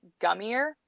gummier